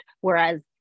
Whereas